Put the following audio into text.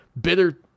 bitter